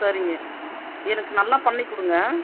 சரிங்க எனக்கு நல்லா பண்ணிக் கொடுங்க